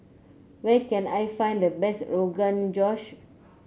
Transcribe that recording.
where can I find the best Rogan Josh